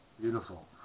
Beautiful